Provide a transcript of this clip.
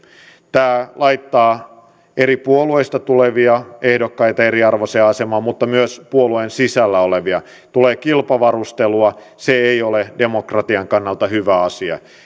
tämä laittaa eri puolueista tulevia ehdokkaita eriarvoiseen asemaan mutta myös puolueen sisällä olevia tulee kilpavarustelua se ei ole demokratian kannalta hyvä asia